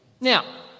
Now